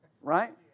Right